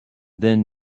then